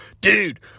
Dude